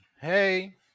Hey